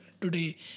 today